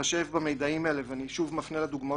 להתחשב במידעים האלה ואני שוב מפנה לדוגמאות